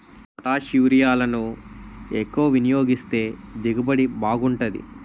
పొటాషిరులను ఎక్కువ వినియోగిస్తే దిగుబడి బాగుంటాది